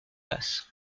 passe